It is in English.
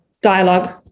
dialogue